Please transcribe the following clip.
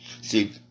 See